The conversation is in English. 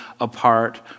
apart